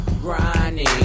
Grinding